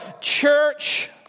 church